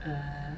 err